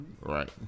right